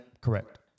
correct